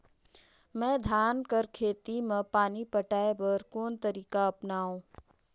मैं धान कर खेती म पानी पटाय बर कोन तरीका अपनावो?